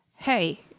Hey